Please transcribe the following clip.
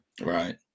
Right